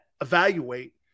evaluate